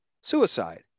suicide